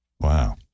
Wow